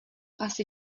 asi